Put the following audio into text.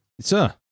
Sir